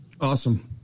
Awesome